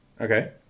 Okay